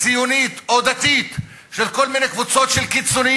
ציונית או דתית של כל מיני קבוצות של קיצונים,